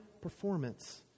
performance